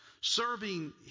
serving